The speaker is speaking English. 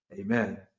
Amen